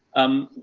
um,